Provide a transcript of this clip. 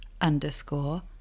underscore